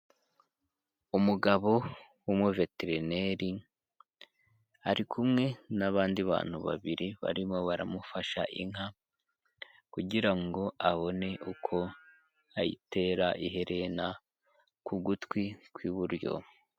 Umugabo w'umuvetereneri ari kumwe n'abandi bantu babiri barimo baramufasha inka kugira ngo abone uko ayitera iherena ku gutwi kw'iburyo.